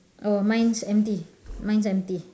oh mine's empty mine's empty